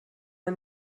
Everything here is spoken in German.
man